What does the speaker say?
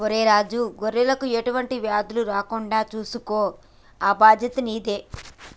ఒరై రాజు గొర్రెలకు ఎటువంటి వ్యాధులు రాకుండా సూసుకో ఆ బాధ్యత నీదే